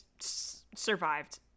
survived